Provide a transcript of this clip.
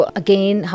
again